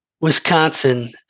Wisconsin